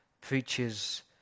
preaches